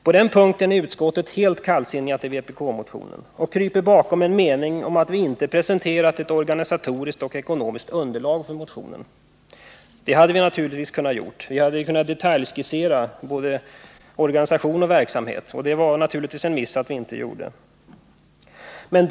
På denna punkt är utskottet helt kallsinnigt till vpk-motionen och kryper bakom en mening om att vi inte har presenterat ett organisatoriskt och ekonomiskt underlag för motionen. Det hade vi naturligtvis kunnat göra. Vi hade kunnat detaljskissera både organisation och verksamhet, och det var naturligtvis en miss att vi inte gjorde detta.